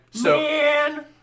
Man